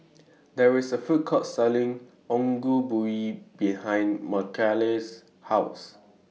There IS A Food Court Selling Ongol Ubi behind Mckayla's House